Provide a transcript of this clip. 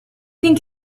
think